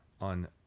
on